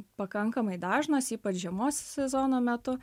pakankamai dažnos ypač žiemos sezono metu